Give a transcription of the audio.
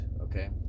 okay